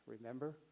Remember